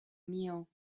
meal